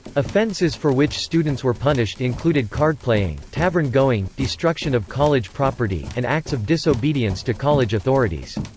offenses for which students were punished included cardplaying, tavern-going, destruction of college property, and acts of disobedience to college authorities.